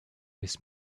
this